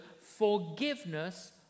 forgiveness